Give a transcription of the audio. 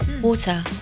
Water